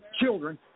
children